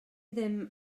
ddim